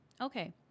Okay